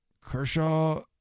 Kershaw